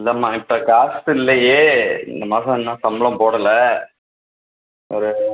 இல்லைம்மா இப்போ காசு இல்லையே இந்த மாதம் இன்னும் சம்பளம் போடலை ஒரு